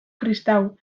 kristau